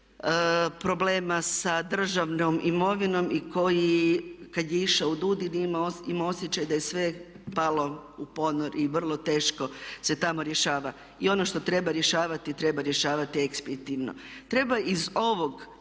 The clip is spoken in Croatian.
problema sa državnom imovinom i koji kad je išao u DUDI nije imao osjećaj da je sve palo u ponor i vrlo teško se tamo rješava, i ono što treba rješavati, treba rješavati ekspitivno. Treba iz ovog